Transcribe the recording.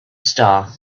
star